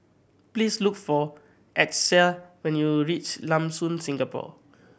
please look for Achsah when you reach Lam Soon Singapore